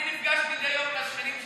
אני נפגש מדי יום עם השכנים שלי,